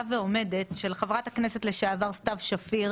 ועומדת של חברתה כנסת לשעבר סתיו שפיר,